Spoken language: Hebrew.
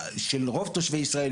של רוב תושבי ישראל,